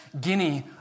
Guinea